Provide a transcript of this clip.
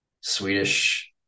swedish